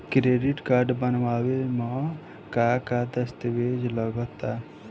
Credit card बनवावे म का का दस्तावेज लगा ता?